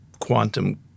quantum